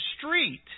street